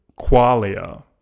qualia